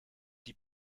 die